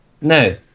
No